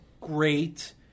great